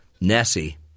Nessie